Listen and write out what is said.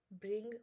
bring